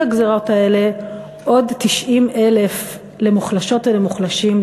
הגזירות האלה עוד 90,000 למוחלשות ולמוחלשים,